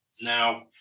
Now